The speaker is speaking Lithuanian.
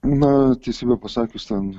na teisybę pasakius ten